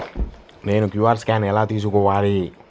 నేను QR scan ఎలా తీసుకోవాలి?